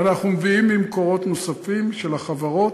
אנחנו מביאים ממקורות נוספים של החברות,